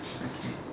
okay